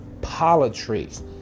politics